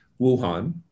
Wuhan